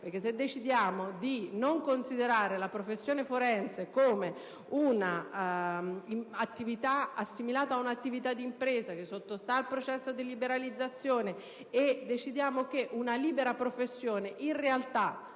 Se poi decidiamo di non considerare la professione forense come assimilata ad un'attività d'impresa che sottosta al processo di liberalizzazione e decidiamo altresì che una libera professione in realtà